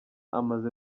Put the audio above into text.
amaze